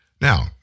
Now